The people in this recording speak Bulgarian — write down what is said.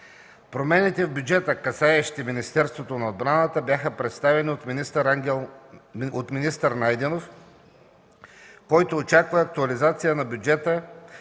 Промените в бюджета, касаещи Министерството на отбраната, бяха представени от министър Найденов, който очаква актуализация на бюджета